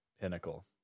pinnacle